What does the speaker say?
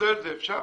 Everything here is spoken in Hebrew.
בישראל זה אפשרי?